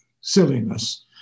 silliness